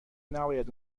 نباید